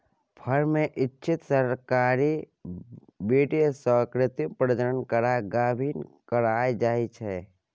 firm मे इच्छित सरहाक बीर्य सँ कृत्रिम प्रजनन करा गाभिन कराएल जाइ छै